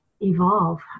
evolve